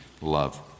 love